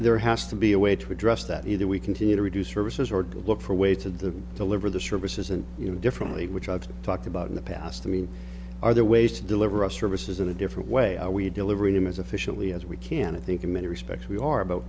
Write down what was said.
there has to be a way to address that either we continue to reduce services or to look for a way to deliver the services and you know differently which i've talked about in the past i mean are there ways to deliver us services in a different way are we delivering them as efficiently as we can i think in many respects we are about